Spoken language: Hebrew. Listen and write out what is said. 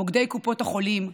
מוקדי קופות החולים,